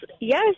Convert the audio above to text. yes